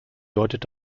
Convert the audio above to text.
deutet